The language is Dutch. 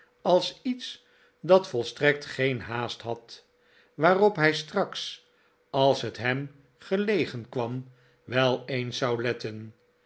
als iets dat volstrekt geen haast had waarop hij straks als het hem gelegen kwam wel eens zou letten